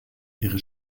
ihre